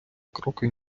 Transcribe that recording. кроки